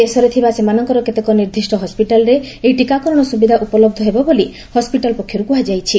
ଦେଶରେ ଥିବା ସେମାନଙ୍କର କେତେକ ନିର୍ଦ୍ଦିଷ୍ଟ ହସ୍ପିଟାଲରେ ଟିକାକରଣ ସୁବିଧା ଉପଲବ୍ଧ ହେବ ବୋଲି ହସପିଟାଲ ପକ୍ଷରୁ କୁହାଯାଇଛି